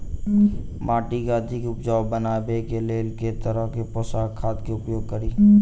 माटि केँ अधिक उपजाउ बनाबय केँ लेल केँ तरहक पोसक खाद केँ उपयोग करि?